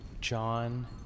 John